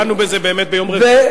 דנו בזה באמת ביום רביעי.